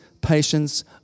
patience